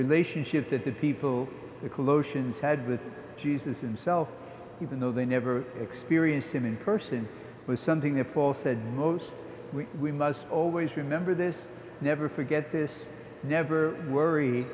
relationship that the people collusions had with jesus himself even though they never experienced him in person was something that paul said most we must always remember this never forget this never worry